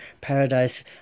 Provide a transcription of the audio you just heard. paradise